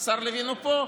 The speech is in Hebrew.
השר לוין פה,